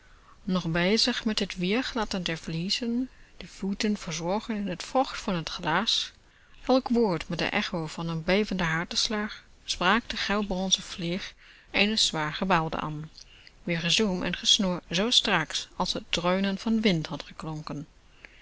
nog bezig met het weer gladden der vliezen de voeten verzogen in t vocht van het glas elk woord met de echo van n bevenden harte slag sprak de goudbronzen vlieg eene zwaar gebouwde aan wier gezoem en gesnor zoo straks als het dreunen van wind had